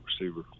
receiver